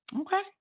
Okay